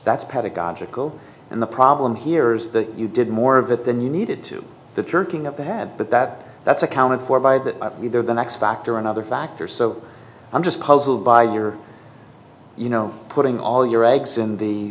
that's pedagogical and the problem here is that you did more of that the needed to the churkin of that but that that's accounted for by that we do the next factor another factor so i'm just puzzled by your you know putting all your eggs in the